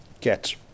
get